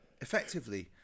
effectively